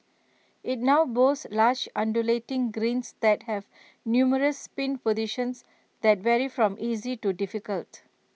IT now boasts large undulating greens that have numerous pin positions that vary from easy to difficult